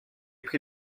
pris